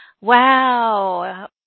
Wow